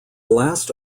last